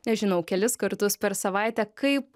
nežinau kelis kartus per savaitę kaip